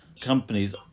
Companies